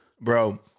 Bro